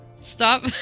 Stop